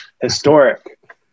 historic